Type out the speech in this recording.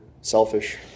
selfish